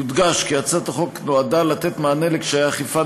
יודגש כי הצעת החוק נועדה לתת מענה לקשיי האכיפה